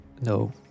no